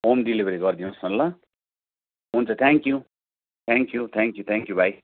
home delivery गरिदिनु होस् न ल हुन्छ थ्याङ्क्यु थ्याङ्क्यु थ्याङ्क्यु थ्याङ्क्यु भाइ